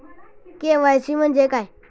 KYC म्हणजे काय आहे?